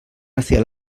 hacia